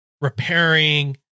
repairing